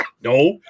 No